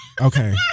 okay